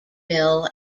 mill